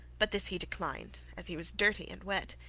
but this he declined, as he was dirty and wet.